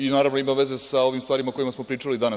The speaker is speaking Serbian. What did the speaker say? I, naravno, ima veze sa ovim stvarima o kojima smo pričali danas.